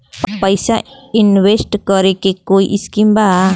पैसा इंवेस्ट करे के कोई स्कीम बा?